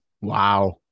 Wow